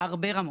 הרבה רמות.